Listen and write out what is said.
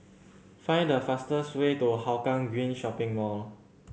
find the fastest way to Hougang Green Shopping Mall